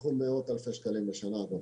אנחנו מאות אלפי שקלים בשנה.